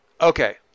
Okay